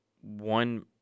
one